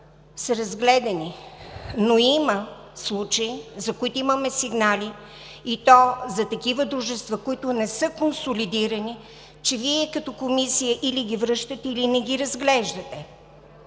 са разгледани, но има случаи, за които имаме сигнали, и то за такива дружества, които не са консолидирани, че Вие като Комисия или ги връщате, или не ги разглеждате.